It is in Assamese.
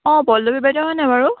অঁ পল্লৱী বাইদেউ হয়নে বাৰু